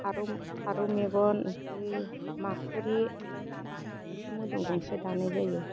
फारौ फारौ मेगन ओमफ्राय माखुरि इफोर मोदोम गंसे दानाय जायो